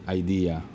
idea